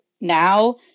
now